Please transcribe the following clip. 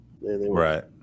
Right